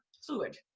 fluid